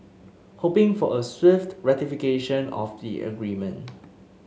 hoping for a swift ratification of the agreement